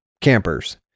campers